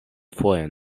fojon